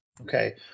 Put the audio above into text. okay